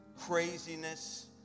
craziness